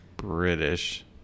British